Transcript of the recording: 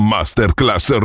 Masterclass